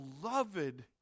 beloved